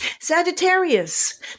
Sagittarius